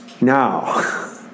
now